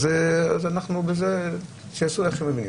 אז אנחנו בזה, שיעשו איך שהם מבינים.